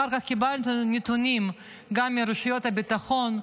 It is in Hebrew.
אחר כך קיבלתי נתונים מרשויות הביטחון,